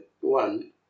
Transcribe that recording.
one